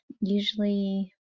usually